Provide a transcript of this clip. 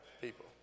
people